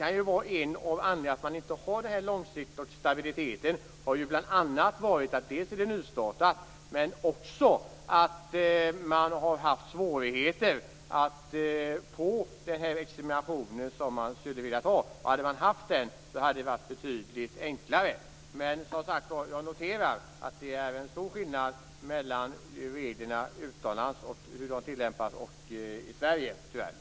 En anledning till att man inte har stabilitet är bl.a. att utbildningen är nystartad, men man har också haft svårigheter att få den examination som man skulle vilja ha. Om man hade haft den hade det varit betydligt enklare. Jag noterar att det tyvärr är en stor skillnad mellan tillämpningen av reglerna i Sverige och utomlands.